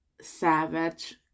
savage